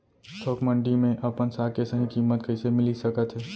थोक मंडी में अपन साग के सही किम्मत कइसे मिलिस सकत हे?